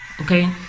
Okay